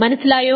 മനസ്സിലായോ